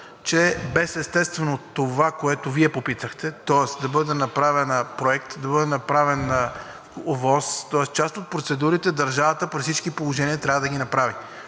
че без, естествено, това, което Вие попитахте – да бъде направен проект, да бъде направен ОВОС, тоест част от процедурите държавата при всички положения трябва да ги направи.